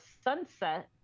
sunset